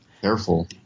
careful